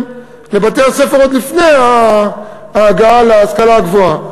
לבתי-הספר עוד לפני ההגעה להשכלה הגבוהה.